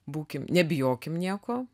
būkim nebijokim nieko